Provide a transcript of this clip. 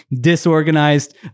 disorganized